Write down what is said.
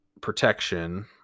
protection